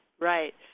right